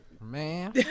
Man